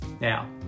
Now